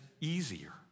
easier